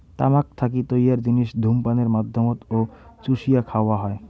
তামাক থাকি তৈয়ার জিনিস ধূমপানের মাধ্যমত ও চুষিয়া খাওয়া হয়